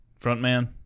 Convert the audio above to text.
Frontman